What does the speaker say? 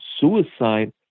suicide